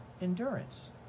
Endurance